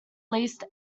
least